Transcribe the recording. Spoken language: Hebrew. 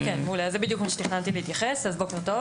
בוקר טוב, הדר ממשרד האוצר.